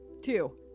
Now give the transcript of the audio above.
Two